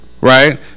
right